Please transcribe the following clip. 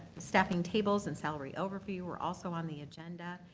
staffing tables and salary overview were also on the agenda.